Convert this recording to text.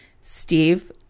Steve